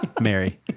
Mary